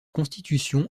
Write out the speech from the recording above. constitution